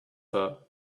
her